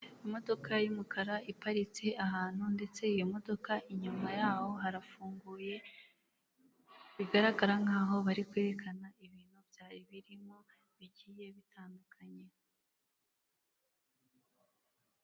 Imodoka y'umukara iparitse ahantu, ndetse iyo modoka inyuma yaho harafunguye, bigaragare nk'aho bari kwerekana ibintu byari birimo bigiye bitandukanye.